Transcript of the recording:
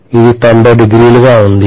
ఇది 900 గా ఉంది